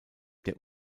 der